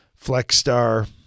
Flexstar